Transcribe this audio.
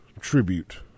tribute